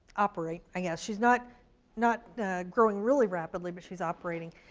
operate. and yeah she's not not growing really rapidly, but she's operating.